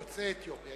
יוצאי אתיופיה.